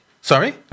Sorry